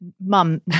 mum